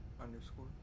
underscore